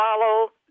follow